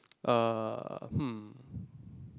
uh hmm